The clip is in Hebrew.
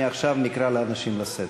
מעכשיו נקרא אנשים לסדר.